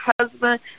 husband